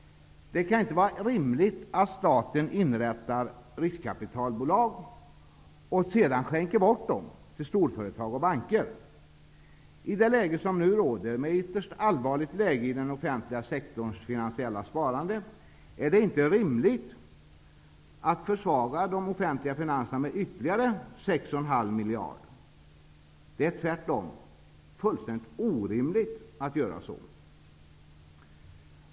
Det kan inte vara rimligt att staten inrättar riskkapitalbolag och sedan skänker bort dem till storföretag och banker. I det läge som nu råder, med ett ytterst allvarligt läge i den offentliga sektorns finansiella sparande, är det inte rimligt att försvaga de offentliga finanserna med ytterligare 6,5 miljarder kronor. Det är tvärtom fullständigt orimligt att göra så.